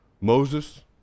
Moses